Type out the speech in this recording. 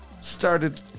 started